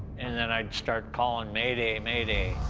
and then i start calling, mayday, mayday.